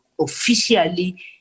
officially